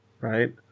right